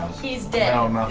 he's dead!